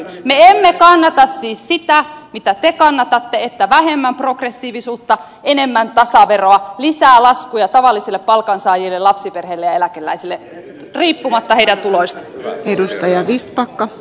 me emme kannata siis sitä mitä te kannatatte että vähemmän progressiivisuutta enemmän tasaveroa lisää laskuja tavallisille palkansaajille lapsiperheille ja eläkeläisille riippumatta heidän tuloistaan